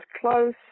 close